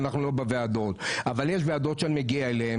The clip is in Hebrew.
שאנחנו לא בוועדות אבל יש ועדות שנגיע אליהן